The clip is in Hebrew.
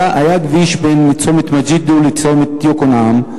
היה כביש בין צומת מגידו לצומת יוקנעם,